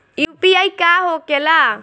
UPI का होके ला?